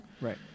Right